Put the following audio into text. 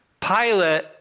Pilate